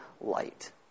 light